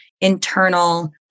internal